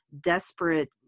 desperate